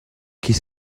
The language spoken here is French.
qu’est